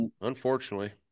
unfortunately